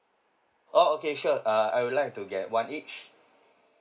oh okay sure uh I would like to get one each